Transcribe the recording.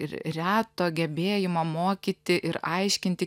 ir reto gebėjimo mokyti ir aiškinti